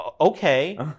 okay